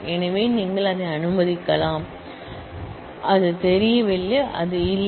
எனவே நீங்கள் அதை அனுமதிக்கலாம் அது தெரியவில்லை அது இல்லை